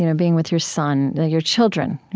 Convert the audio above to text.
you know being with your son your children,